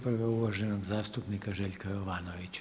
Prva je uvaženog zastupnika Željka Jovanovića.